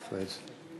בבקשה.